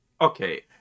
Okay